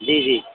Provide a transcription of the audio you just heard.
जी जी